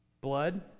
blood